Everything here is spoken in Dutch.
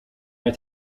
naar